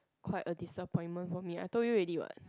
quite a disappointment for me I told you already what